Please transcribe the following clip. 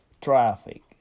traffic